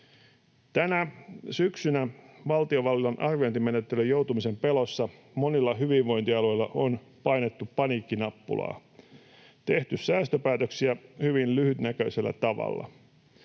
Tänä syksynä valtiovallan arviointimenettelyyn joutumisen pelossa monilla hyvinvointialueilla on painettu paniikkinappulaa ja tehty säästöpäätöksiä hyvin lyhytnäköisellä tavalla.